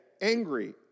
angry